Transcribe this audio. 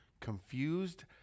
confused